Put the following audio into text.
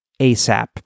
ASAP